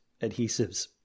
adhesives